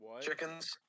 Chickens